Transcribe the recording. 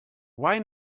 why